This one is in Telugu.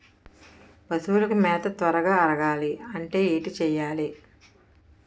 పశువులకు మేత త్వరగా అరగాలి అంటే ఏంటి చేయాలి?